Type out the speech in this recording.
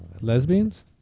Lesbians